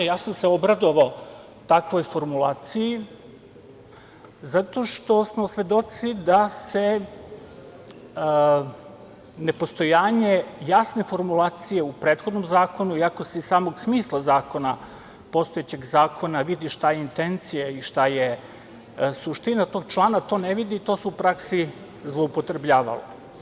Ja sam se obradovao takvoj formulaciji zato što smo svedoci da se nepostojanje jasne formulacije u prethodnom zakonu, iako se iz samog smisla postojećeg zakona vidi šta je intencija i šta je suština tog člana, ne vidi i to se u praksi zloupotrebljavalo.